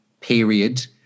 period